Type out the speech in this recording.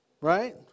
Right